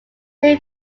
may